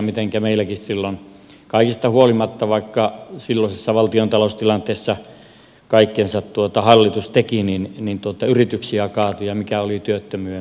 mitenkä meilläkin silloin kaikesta huolimatta vaikka silloisessa valtiontalouden tilanteessa kaikkensa hallitus teki yrityksiä kaatui ja mikä oli työttömyyden määrä silloin